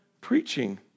preaching